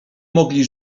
mogli